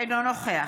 אינו נוכח